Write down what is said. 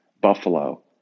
Buffalo